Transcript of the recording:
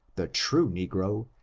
the true negro,